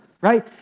right